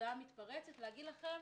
הודעה מתפרצת לומר לכם: